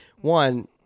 One